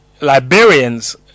Liberians